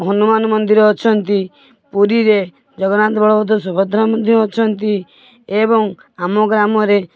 ହନୁମାନ ମନ୍ଦିର ଅଛନ୍ତି ପୁରୀରେ ଜଗନ୍ନାଥ ବଳଭଦ୍ର ସୁଭଦ୍ରା ମଧ୍ୟ ଅଛନ୍ତି ଏବଂ ଆମ ଗ୍ରାମରେ